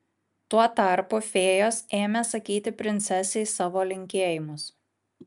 tuo tarpu fėjos ėmė sakyti princesei savo linkėjimus